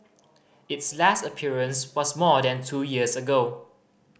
its last appearance was more than two years ago